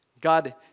God